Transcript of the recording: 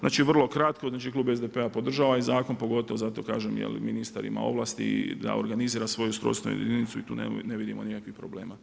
Znači vrlo kratko, znači klub SDP-a podržava ovaj zakon pogotovo zato kažem jer ministar ima ovlasti da organizira svoju ustrojstvenu jedinicu i tu ne vidimo nikakvih problema.